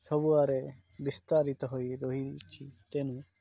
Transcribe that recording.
ସବୁଆଡ଼େ ବିସ୍ତାରିତ ହୋଇ ରହିଛି ତେଣୁ